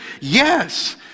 yes